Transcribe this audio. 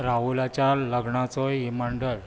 राहुलाच्या लग्नाचो रीमाइन्डर